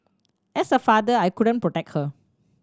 as a father I couldn't protect her